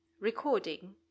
Recording